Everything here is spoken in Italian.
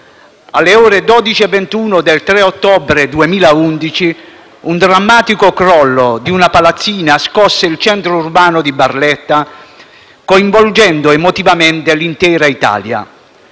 Alle ore 12,21 del 3 ottobre 2011 un drammatico crollo di una palazzina scosse il centro urbano di Barletta, coinvolgendo emotivamente l'intera Italia.